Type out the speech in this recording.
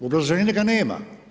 U obrazloženju ga nema.